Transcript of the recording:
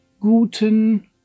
Guten